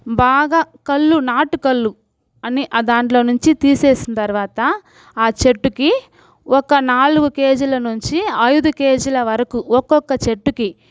బాగా కళ్ళు నాటు కళ్ళు అని అది దాన్లో నుంచి తీసేసిన తరువాత ఆ చెట్టుకి ఒక నాలుగు కేజీల నుంచి ఐదు కేజీల వరకు ఒక్కొక్క చెట్టుకి